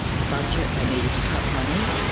the budget, they needed to cut money,